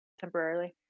temporarily